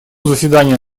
заседание